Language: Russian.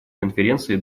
конференции